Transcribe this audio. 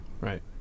Right